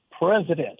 president